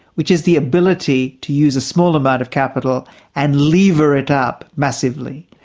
which is the ability to use a small amount of capital and lever it up massively.